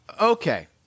Okay